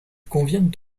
conviennent